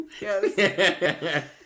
Yes